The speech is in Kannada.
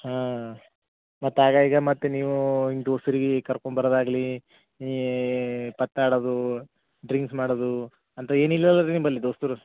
ಹಾಂ ಮತ್ತು ಆಗಾಗ ಮತ್ತು ನೀವು ಹಿಂಗೆ ದೋಸ್ತರಿಗೆ ಕರ್ಕೊಂಬರೊದಾಗಲಿ ಪತ್ತಾಡೊದು ಡ್ರಿಂಕ್ಸ್ ಮಾಡೊದು ಅಂತ ಏನಿಲ್ಲಲ್ವರಿ ನಿಂಬಲ್ಲಿ ದೋಸ್ತರು